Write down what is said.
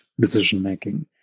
decision-making